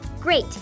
Great